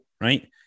right